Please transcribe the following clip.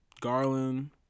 Garland